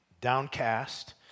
downcast